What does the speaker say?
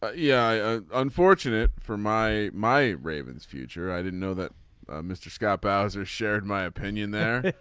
ah yeah unfortunate for my my ravens future i didn't know that mr. scott powers or shared my opinion there